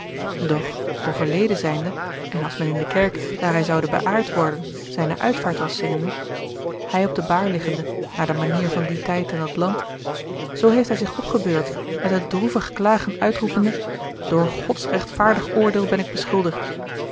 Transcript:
doch overleden zijnde en als men in de kerk daar hij zoude beaard worden zijne uitvaart was zingende op de baar liggende naar de manier van dien tijd en dat land zoo heeft hij zich opgebeurd met een droevig klagen uitroepende door gods rechtvaardig oordeel ben ik beschuldigd